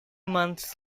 months